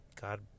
God